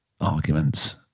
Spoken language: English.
arguments